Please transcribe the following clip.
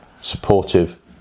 supportive